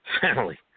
Family